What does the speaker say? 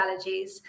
allergies